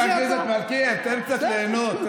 חבר הכנסת מלכיאלי, תן קצת ליהנות.